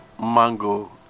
mango